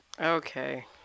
Okay